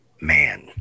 man